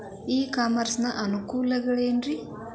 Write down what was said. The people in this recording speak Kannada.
ಇ ಕಾಮರ್ಸ್ ನ ಅನುಕೂಲವೇನ್ರೇ?